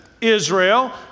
Israel